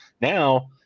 Now